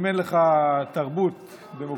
אם אין לך תרבות דמוקרטית,